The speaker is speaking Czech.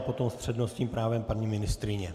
Potom s přednostním právem paní ministryně.